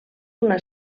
una